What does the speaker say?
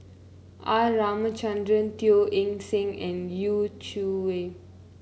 R Ramachandran Teo Eng Seng and Yu Zhuye